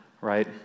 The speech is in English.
right